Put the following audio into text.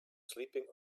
sleeping